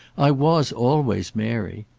i was always mary.